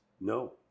no